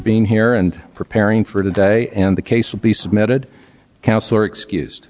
being here and preparing for today and the case will be submitted councilor excused